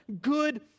good